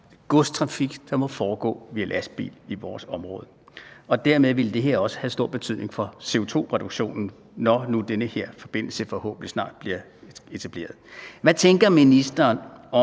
godstrafik, der må foregå via lastbil i vores område. Og dermed vil det her også have stor betydning for CO2-reduktionen, når nu den her forbindelse forhåbentlig snart bliver etableret. Hvad tænker ministeren om